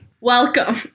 Welcome